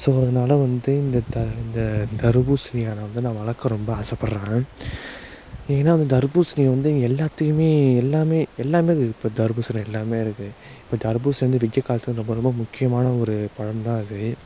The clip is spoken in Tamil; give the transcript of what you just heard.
ஸோ அதனால் வந்து இந்த இந்த தர்பூசணியை நான் வந்து நான் வளர்க்க ரொம்ப ஆசைப்படுறேன் ஏன்னா அந்த தர்பூசணி வந்து எல்லாத்தையும் எல்லாம் எல்லாம் இப்போ தர்பூசணி எல்லாம் இருக்கு இப்போ தர்பூசணி வெய்ய காலத்துக்கு ரொம்ப ரொம்ப முக்கியமான ஒரு பழம்தான் அது